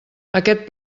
aquest